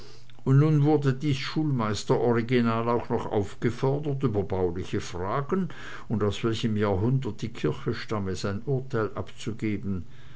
und nun wurde dies schulmeisteroriginal auch noch aufgefordert über bauliche fragen und aus welchem jahrhundert die kirche stamme sein urteil abzugeben